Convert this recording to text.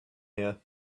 here